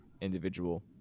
individual